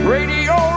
Radio